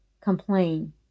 Complain